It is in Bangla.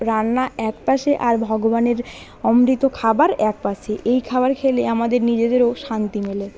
রান্না এক পাশে আর ভগবানের অমৃত খাবার এক পাশে এই খাবার খেলে আমাদের নিজেদেরও শান্তি মেলে